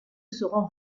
seront